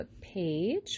page